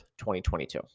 2022